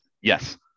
Yes